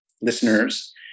listeners